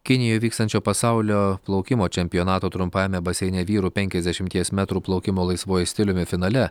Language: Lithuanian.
kinijoj vykstančio pasaulio plaukimo čempionato trumpajame baseine vyrų penkiasdešimties metrų plaukimo laisvuoju stiliumi finale